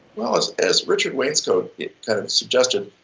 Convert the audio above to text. well as as richard wainscoat kind of suggested,